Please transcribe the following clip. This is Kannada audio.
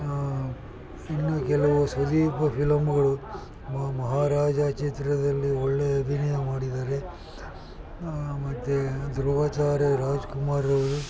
ಇನ್ನೂ ಕೆಲವು ಸುದೀಪ್ ಫಿಲಮ್ಗಳು ಮಹಾರಾಜ ಚಿತ್ರದಲ್ಲಿ ಒಳ್ಳೆ ಅಭಿನಯ ಮಾಡಿದ್ದಾರೆ ಮತ್ತು ಧ್ರುವತಾರೆ ರಾಜ್ಕುಮಾರ್ ಅವರು